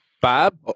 Bob